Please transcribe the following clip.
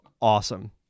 awesome